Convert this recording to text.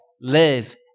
live